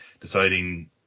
deciding